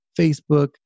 Facebook